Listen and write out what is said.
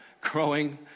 growing